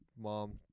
mom